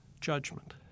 judgment